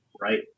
right